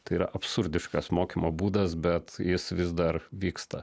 tai yra absurdiškas mokymo būdas bet jis vis dar vyksta